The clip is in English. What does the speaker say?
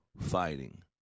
fighting